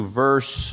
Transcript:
verse